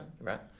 right